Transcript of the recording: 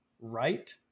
right